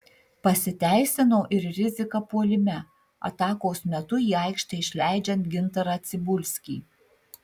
pasiteisino ir rizika puolime atakos metu į aikštę išleidžiant gintarą cibulskį